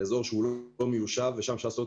אזור שהוא לא מיושב ושם אפשר לעשות